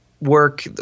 work